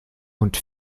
und